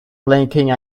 blinking